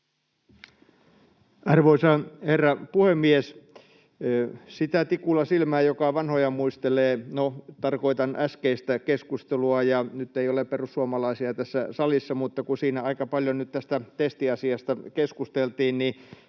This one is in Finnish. Arvoisa herra puhemies! Sitä tikulla silmään, joka vanhoja muistelee. No, tarkoitan äskeistä keskustelua. Nyt ei ole perussuomalaisia tässä salissa, mutta vaikka siinä aika paljon tästä testiasiasta keskusteltiin, niin